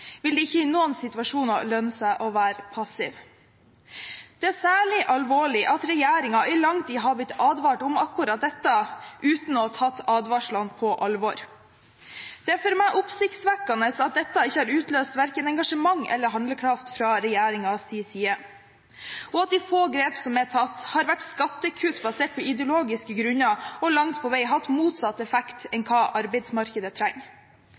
vil det ikke i noen situasjoner lønne seg å være passiv. Det er særlig alvorlig at regjeringen i lang tid har blitt advart om akkurat dette, uten å ha tatt advarslene på alvor. Det er for meg oppsiktsvekkende at dette ikke har utløst verken engasjement eller handlekraft fra regjeringens side, og at de få grep som er tatt, har vært skattekutt basert på ideologiske grunner og langt på vei hatt motsatt effekt enn hva arbeidsmarkedet trenger.